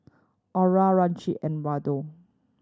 Aura Richie and Waldo